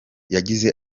yagize